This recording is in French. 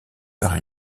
par